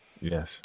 yes